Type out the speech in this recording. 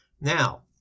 Now